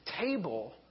table